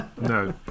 No